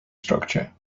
structure